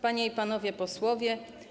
Panie i Panowie Posłowie!